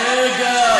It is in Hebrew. רגע,